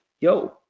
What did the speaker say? yo